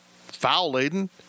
foul-laden